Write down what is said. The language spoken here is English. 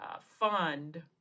fund